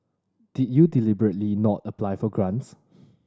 did you deliberately not apply for grants